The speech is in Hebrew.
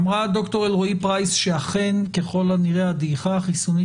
אמרה ד"ר אלרועי פרייס שאכן ככל הנראה הדעיכה החיסונית